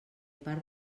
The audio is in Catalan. part